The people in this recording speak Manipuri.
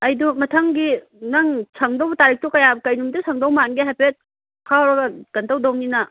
ꯑꯩꯗꯨ ꯃꯊꯪꯒꯤ ꯅꯪ ꯁꯪꯗꯧꯕ ꯇꯥꯔꯤꯛꯇꯣ ꯀꯌꯥ ꯀꯩ ꯅꯨꯃꯤꯠꯇ ꯁꯪꯗꯧ ꯃꯥꯟꯒꯦ ꯍꯥꯏꯐꯦꯠ ꯈꯥꯎꯔꯒ ꯀꯩꯅꯣ ꯇꯧꯗꯧꯅꯤꯅ